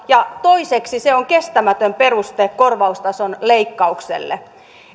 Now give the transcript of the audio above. ja toiseksi se on kestämätön peruste korvaustason leikkaukselle